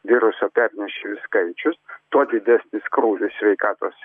viruso pernešėjų skaičius tuo didesnis krūvis sveikatos